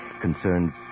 concerns